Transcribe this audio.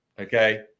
okay